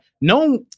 no